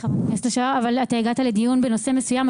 אבל אתה הגעת לדיון בנושא מסוים.